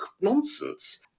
nonsense